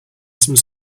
some